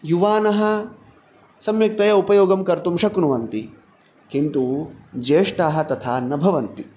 युवानः सम्यक्तया उपयोगं कर्तुं शक्नुवन्ति किन्तु ज्येष्टाः तथा न भवन्ति